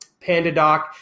PandaDoc